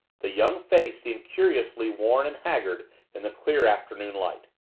the young face seemed curiously worn and haggard in the clear afternoon light.